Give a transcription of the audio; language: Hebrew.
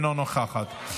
אינה נוכחת.